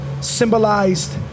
symbolized